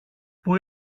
πού